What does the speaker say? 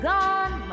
Gone